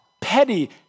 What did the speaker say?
petty